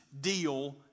deal